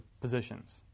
positions